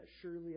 Surely